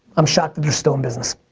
i'm shocked that they're still in business.